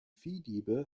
viehdiebe